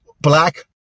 black